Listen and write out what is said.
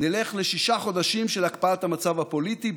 נלך לשישה חודשים של הקפאת המצב הפוליטי,